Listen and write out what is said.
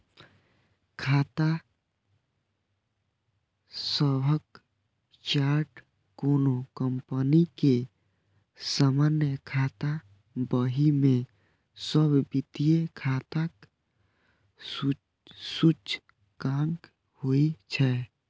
खाता सभक चार्ट कोनो कंपनी के सामान्य खाता बही मे सब वित्तीय खाताक सूचकांक होइ छै